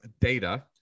data